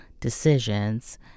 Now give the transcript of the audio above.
decisions